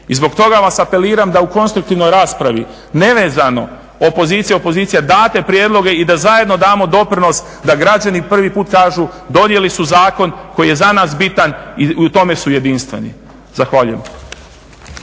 i zbog toga vas apeliram da u konstruktivnoj raspravi nevezano opozicija opozicija date prijedloge i da zajedno damo doprinos da građani prvi put kažu, donijeli su zakon koji je za nas bitan i u tome su jedinstveni. Zahvaljujem.